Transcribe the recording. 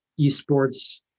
esports